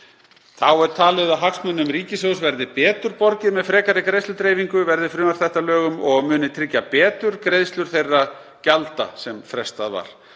Þá er talið að hagsmunum ríkissjóðs verði betur borgið með frekari greiðsludreifingu verði frumvarp þetta að lögum og muni tryggja betur greiðslur þeirra gjalda sem frestað var.